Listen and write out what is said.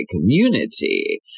community